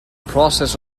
process